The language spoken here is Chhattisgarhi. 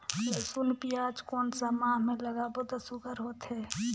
लसुन पियाज कोन सा माह म लागाबो त सुघ्घर होथे?